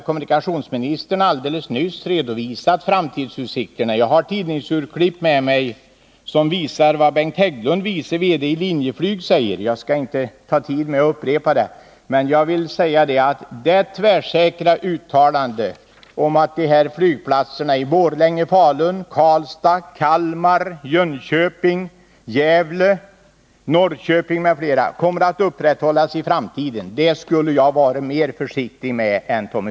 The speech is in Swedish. Kommunikationsministern har alldeles nyss redovisat framtidsutsikterna, och jag har tidningsurklipp med mig som visar vad Linjeflygs VD Bengt A. Hägglund säger. Jag skall inte ta upp kammarens tid med att läsa dem, men jag vill säga att tvärsäkra uttalanden om att flygplatserna i Borlänge, Falun, Karlstad, Kalmar, Jönköping, Gävle, Norrköping m.fl. orter kommer att upprätthållas i framtiden skulle jag vara mer försiktig med än Tommy